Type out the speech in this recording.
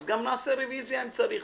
אז גם נעשה רוויזיה אם צריך,